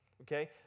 Okay